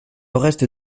reste